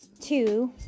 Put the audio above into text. two